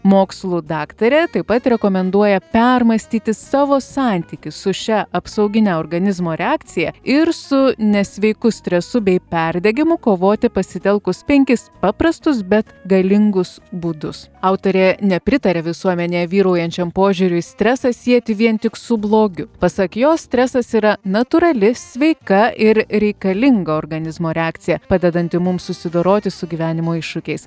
mokslų daktarė taip pat rekomenduoja permąstyti savo santykį su šia apsaugine organizmo reakcija ir su nesveiku stresu bei perdegimu kovoti pasitelkus penkis paprastus bet galingus būdus autorė nepritaria visuomenėj vyraujančiam požiūriui stresą sieti vien tik su blogiu pasak jos stresas yra natūrali sveika ir reikalinga organizmo reakcija padedanti mums susidoroti su gyvenimo iššūkiais